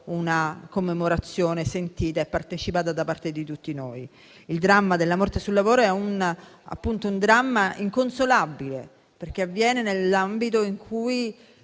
una commemorazione sentita e partecipata da parte di tutti noi. Il dramma della morte sul lavoro è inconsolabile perché avviene nell'ambito in cui,